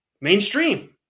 mainstream